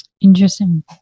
Interesting